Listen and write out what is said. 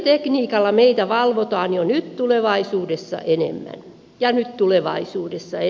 tietotekniikalla meitä valvotaan jo nyt ja tulevaisuudessa enemmän